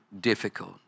difficult